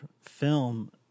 film